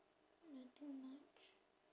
nothing much